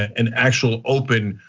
an actual open